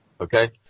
Okay